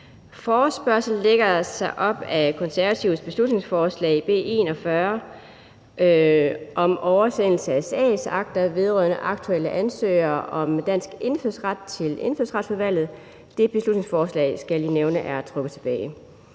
Forespørgslen lægger sig op ad Konservatives beslutningsforslag B 41 om oversendelse af sagsakter vedrørende aktuelle ansøgere om dansk indfødsret til Indfødsretsudvalget. Det beslutningsforslag, skal jeg lige nævne, er trukket tilbage.